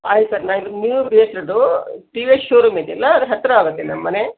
ಆಯ್ತು ಸರ್ ನಾನಿಲ್ಲಿ new B H road T V S showroom ಇದೆಯಲ್ಲ ಅದರ ಹತ್ತಿರ ಆಗುತ್ತೆ ನಮ್ಮ ಮನೆ